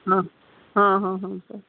ಹಾಂ ಹಾಂ ಹಾಂ ಹಾಂ ಸರ್